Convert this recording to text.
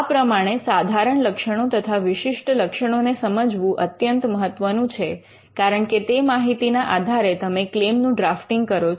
આ પ્રમાણે સાધારણ લક્ષણો તથા વિશિષ્ટ લક્ષણો ને સમજવું અત્યંત મહત્વનું છે કારણકે તે માહિતીના આધારે તમે ક્લેમ નું ડ્રાફ્ટીંગ કરો છો